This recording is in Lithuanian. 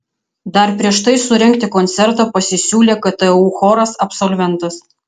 dar prieš tai surengti koncertą pasisiūlė ktu choras absolventas